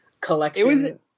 collection